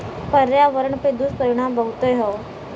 पर्यावरण पे दुष्परिणाम बहुते हौ